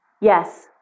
Yes